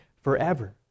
forever